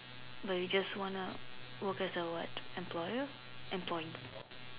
but you just want a worker or what employer employee